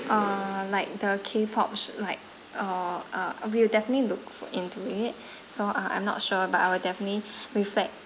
uh like the K pop sh~ like uh uh we will definitely look for into it so uh I'm not sure but I will definitely reflect